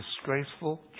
disgraceful